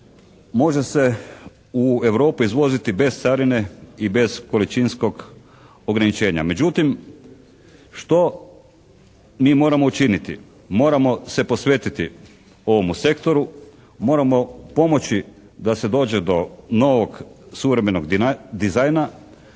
može se u Europu izvoziti bez carine i bez količinskog ograničenja. Međutim, što mi moramo učiniti? Moramo se posvetiti ovomu sektoru, moramo pomoći da se dođe do novog suvremenog dizajna,